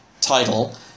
title